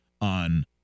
on